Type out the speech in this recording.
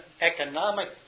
economic